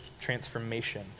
Transformation